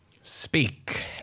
Speak